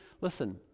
listen